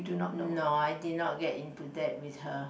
no I did not get into that with her